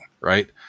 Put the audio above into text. Right